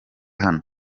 hano